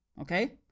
Okay